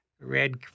Red